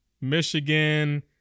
michigan